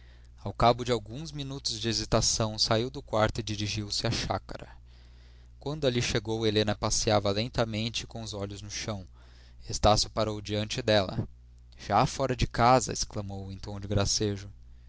ao cabo de alguns minutos de hesitação saiu do quarto e dirigiu-se à chácara quando ali chegou helena passeava lentamente com os olhos no chão estácio parou diante dela já fora de casa exclamou em tom de gracejo